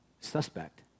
suspect